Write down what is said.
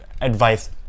advice